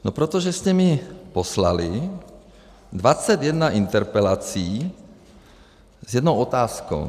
No protože jste mi poslali 21 interpelací s jednou otázkou.